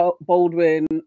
Baldwin